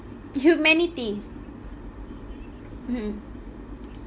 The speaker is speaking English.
humanity hmm